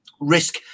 risk